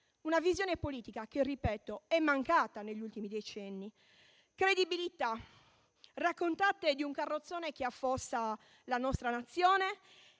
una visione politica, che - lo ripeto - è mancata negli ultimi decenni: credibilità. Raccontate di un carrozzone che affossa la nostra Nazione,